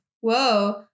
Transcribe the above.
Whoa